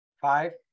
Five